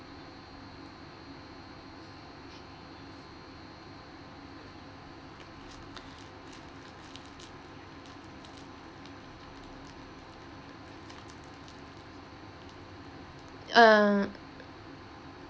uh